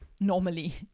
normally